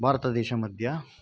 भारतदेशमध्ये